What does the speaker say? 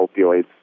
opioids